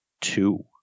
Two